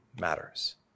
matters